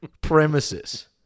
premises